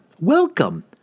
Welcome